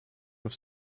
auf